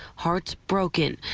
hearts broken.